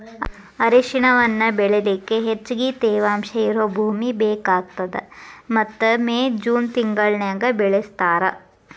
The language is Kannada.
ಅರಿಶಿಣವನ್ನ ಬೆಳಿಲಿಕ ಹೆಚ್ಚಗಿ ತೇವಾಂಶ ಇರೋ ಭೂಮಿ ಬೇಕಾಗತದ ಮತ್ತ ಮೇ, ಜೂನ್ ತಿಂಗಳನ್ಯಾಗ ಬೆಳಿಸ್ತಾರ